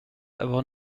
avon